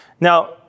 Now